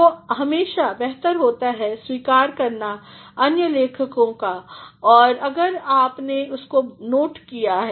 तो हमेशा बेहतर होता है स्वीकार करना अन्य लेखकों को अगर आपने उसका नॉट लिया था